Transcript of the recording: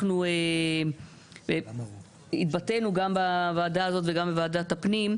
ואנחנו התבטאנו גם בוועדה הזאת וגם בוועדת הפנים,